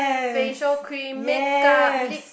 facial cream make-up lips